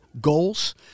goals